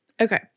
Okay